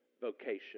vocation